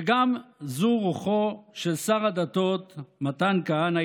וגם זו רוחו של שר הדתות מתן כהנא,